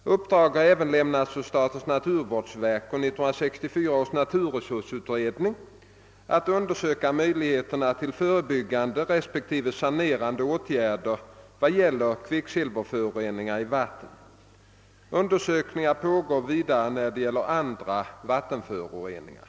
Uppdrag har även lämnats åt statens naturvårdsverk och 1964 års naturresursutredning att undersöka möjligheterna till förebyggande respektive sanerande åtgärder vad gäller kvicksilverföroreningar i vatten. Undersökningar pågår vidare när det gäller andra vattenföroreningar.